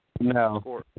No